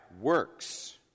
works